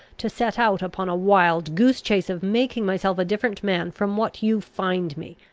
to set out upon a wild-goose chase of making myself a different man from what you find me.